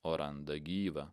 o randa gyvą